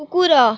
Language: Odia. କୁକୁର